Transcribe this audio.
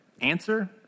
Answer